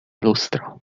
lustro